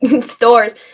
stores